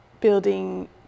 building